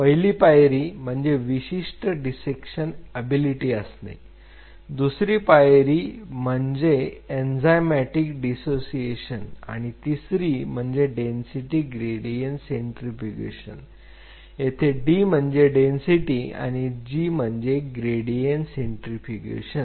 पहिली पायरी म्हणजे विशिष्ट डिसेक्शन अबिलिटी असणे दुसरी पायरी म्हणजे एन्झायमॅटिक दिसोसिएशन आणि तिसरी म्हणजे डेन्सिटी ग्रेडियंट सेंट्रीफ्युगेशन येथे D म्हणजे डेन्सिटी आणि g म्हणजे ग्रेडियंट सेंट्रीफ्युगेशन